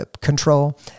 control